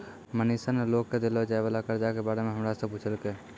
मनीषा ने लोग के देलो जाय वला कर्जा के बारे मे हमरा से पुछलकै